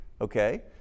okay